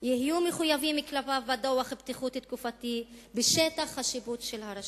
ויהיו מחויבים כלפיו בדוח בטיחות תקופתי בשטח השיפוט של הרשות.